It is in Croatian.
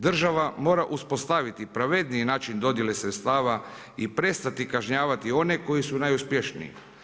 Država mora uspostaviti pravedniji način dodjele sredstava i prestati kažnjavati one koji su najuspješniji.